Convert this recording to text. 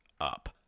up